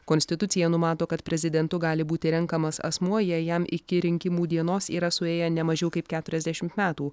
konstitucija numato kad prezidentu gali būti renkamas asmuo jei jam iki rinkimų dienos yra suėję ne mažiau kaip keturiasdešimt metų